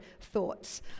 thoughts